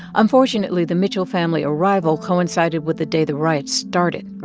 unfortunately, the mitchell family arrival coincided with the day the riots started.